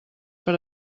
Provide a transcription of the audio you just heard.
per